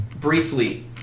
briefly